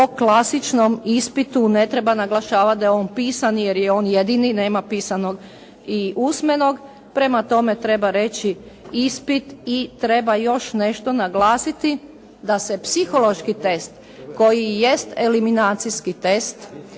o klasičnom ispitu, ne treba naglašavati da je on pisani jer je on jedini, nema pisanog i usmenog. Prema tome, treba reći ispit. I treba još nešto naglasiti, da se psihološki test koji jest eliminacijski test